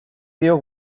dio